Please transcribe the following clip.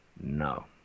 No